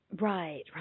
Right